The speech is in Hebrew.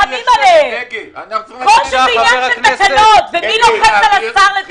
זה עניין של תקנות ומי לוחץ על השר לתקנות.